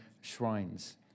shrines